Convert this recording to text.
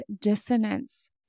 dissonance